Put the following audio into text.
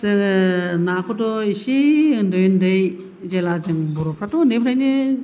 जोङो नाखौथ' एसे उन्दै उन्दै जेला जों बर'फ्राथ' उन्दैनिफ्रायनो